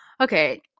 okay